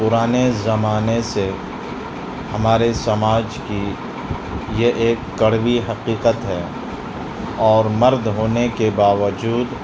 پرانے زمانے سے ہمارے سماج کی یہ ایک کڑوی حقیقت ہے اور مرد ہونے کے باوجود